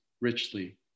richly